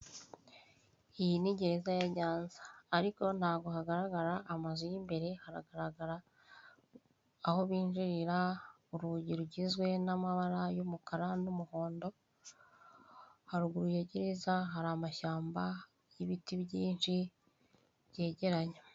Iyi ni gereza ya Nyanza ariko ntabwo hagaragara amazu y'imbere, hagaragara aho binjirira urugi rugizwe n'amabara y'umukara n'umuhondo, haruguru ya gereza hari amashyamba y'ibiti byinshi byegeranye.